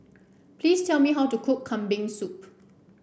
please tell me how to cook Kambing Soup